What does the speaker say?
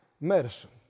medicine